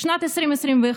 בשנת 2021,